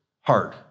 hard